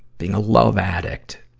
being a love addict.